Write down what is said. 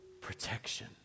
protection